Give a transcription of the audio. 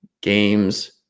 Games